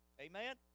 Amen